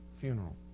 funeral